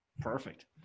perfect